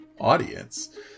audience